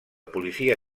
policia